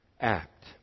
act